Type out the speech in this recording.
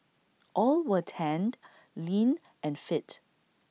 all were tanned lean and fit